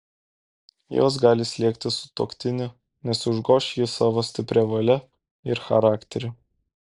jos gali slėgti sutuoktinį nes užgoš jį savo stipria valia ir charakteriu